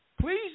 please